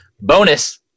bonus